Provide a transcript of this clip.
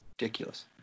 Ridiculous